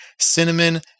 cinnamon